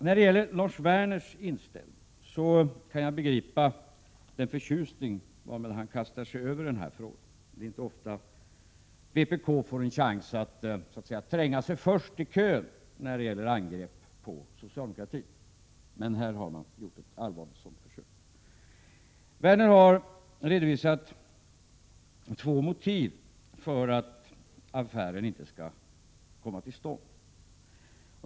När det gäller Lars Werners inställning kan jag begripa den förtjusning varmed han kastar sig över denna fråga — det är inte ofta vpk får en chans att tränga sig först i kön med angrepp på socialdemokratin, men här har man gjort ett allvarligt sådant försök. Lars Werner har redovisat två motiv för att affären inte skall komma till stånd.